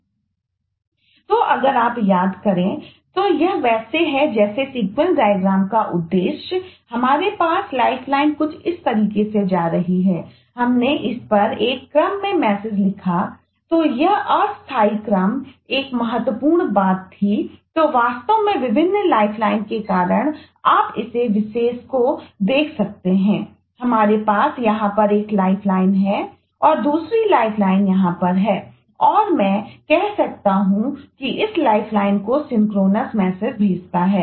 तो अगर आप याद करें तो यह वैसे है जैसे सीक्वेंस डायग्राम भेजता है